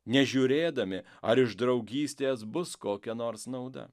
nežiūrėdami ar iš draugystės bus kokia nors nauda